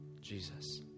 Jesus